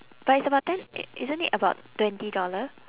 but it's about ten i~ isn't it about twenty dollar